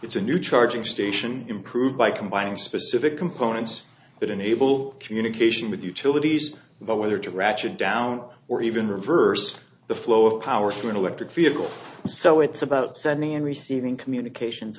it's a new charging station improved by combining specific components that enable communication with utilities but whether to ratchet down or even reverse the flow of power through an electric vehicle so it's about sending and receiving communications